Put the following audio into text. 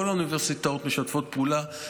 כל האוניברסיטאות משתפות פעולה,